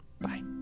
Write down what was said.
Bye